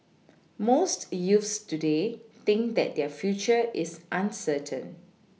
most youths today think that their future is uncertain